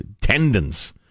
tendons